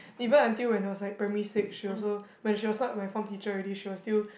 even until when I was like primary six she also when she was not my form teacher already she will still